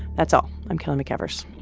that's all. i'm kelly mcevers.